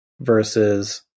versus